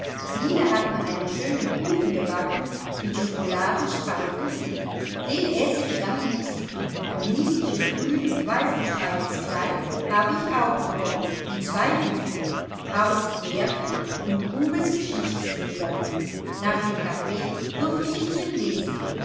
hat mir einen schönen kuchen gebacken mit schokoladenstreifen drin den esse ich am liebsten ein niedliches grün und weißgestreiftes kleid habe ich auch bekommen und zwei bücher hauff's märchen und grube's geschichtsbilder nach dem kaffee durfte ich drin lesen